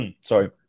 sorry